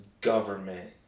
government